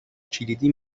کلیدی